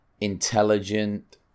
intelligent